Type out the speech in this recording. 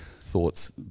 thoughts